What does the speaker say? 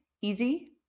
easy